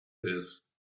this